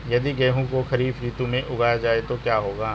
यदि गेहूँ को खरीफ ऋतु में उगाया जाए तो क्या होगा?